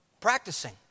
Practicing